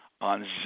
on